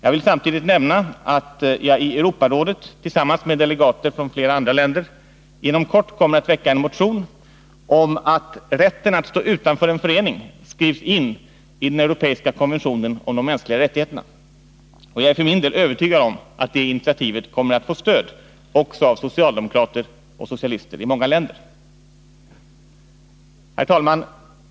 Jag vill samtidigt nämna att jag i Europarådet, tillsammans med delegater från flera andra länder, inom kort kommer att väcka en motion om att rätten att stå utanför en förening skall skrivas in i den europeiska konventionen om de mänskliga rättigheterna. Jag är för min del övertygad om att det initiativet kommer att få stöd också av socialdemokrater och socialister i många länder. Herr talman!